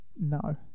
No